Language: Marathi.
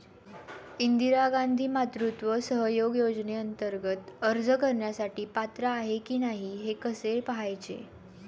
इंदिरा गांधी मातृत्व सहयोग योजनेअंतर्गत अर्ज करण्यासाठी पात्र आहे की नाही हे कसे पाहायचे?